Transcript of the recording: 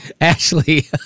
ashley